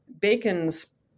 Bacon's